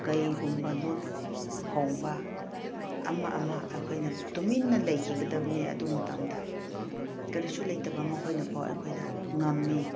ꯀꯩꯒꯨꯝꯕ ꯈꯣꯡꯕ ꯑꯃ ꯑꯃ ꯑꯩꯈꯣꯏꯅ ꯇꯨꯃꯤꯟꯅ ꯂꯩꯈꯤꯒꯗꯕꯅꯤ ꯑꯗꯨ ꯃꯇꯝꯗ ꯀꯔꯤꯁꯨ ꯂꯩꯇꯕ ꯃꯈꯣꯏꯅ ꯐꯥꯎꯕ ꯑꯩꯈꯣꯏꯗ ꯉꯝꯏ